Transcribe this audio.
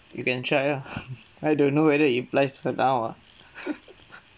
you can try ah I don't know whether it applies for now ah